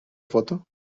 foto